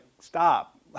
stop